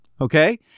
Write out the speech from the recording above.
Okay